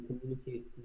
communicate